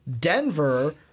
Denver